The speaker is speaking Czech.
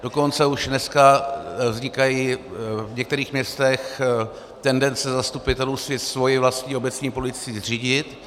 Dokonce už dneska vznikají v některých městech tendence zastupitelů si svoji vlastní obecní policii zřídit.